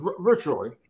virtually